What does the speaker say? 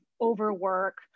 overwork